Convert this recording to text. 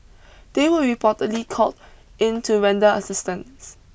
they were reportedly called in to render assistance